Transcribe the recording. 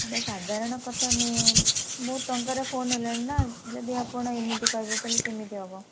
ଏଇଟା ସାଧାରଣ କଥା ନୁହେଁ ବହୁତ ଟଙ୍କାର ଫୋନ୍ ହେଲାଣି ନା ଯଦି ଆପଣ ଏମିତି କହିବେ ତା'ହେଲେ କେମିତି ହେବ